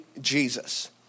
Jesus